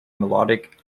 melodic